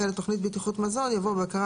אחרי "לתכנית בטיחות מזון" יבוא "בבקרה